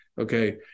okay